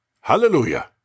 Hallelujah